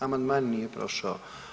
Amandman nije prošao.